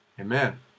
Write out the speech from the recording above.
Amen